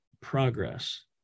progress